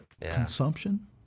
Consumption